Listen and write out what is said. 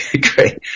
Great